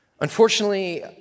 Unfortunately